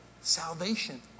salvation